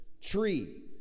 tree